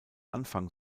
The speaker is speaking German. anfang